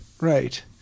Right